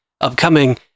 upcoming